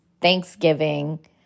Thanksgiving